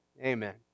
Amen